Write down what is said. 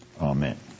Amen